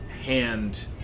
hand